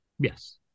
Yes